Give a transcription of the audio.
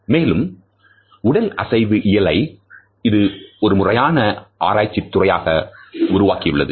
மேலும் உடலசைவியலை இது ஒரு முறையான ஆராய்ச்சி துறையாக உருவாக்கியுள்ளது